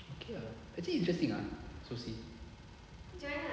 okay ah actually interesting ah soci